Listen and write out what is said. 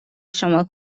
شما